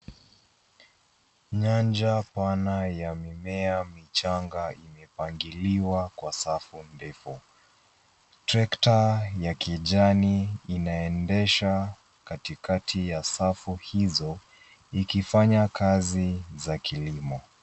Nyanja pana ya mimea mipana imepangiliwa kwa safu ndefu. Trekta ya kijani inaendesha katikati ya safu hizo ikifanya kazi za kilimo.